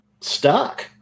stuck